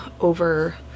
over